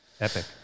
Epic